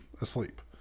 asleep